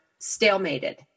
stalemated